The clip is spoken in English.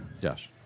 Yes